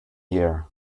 year